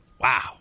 Wow